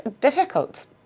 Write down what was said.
difficult